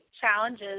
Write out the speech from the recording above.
challenges